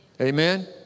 Amen